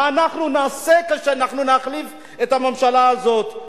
מה אנחנו נעשה כשאנחנו נחליף את הממשלה הזאת.